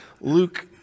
Luke